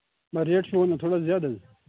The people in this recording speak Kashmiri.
نہَ ریٹ چھِو ونان تھوڑا زیادٕ حظ